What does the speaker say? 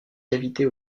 cavités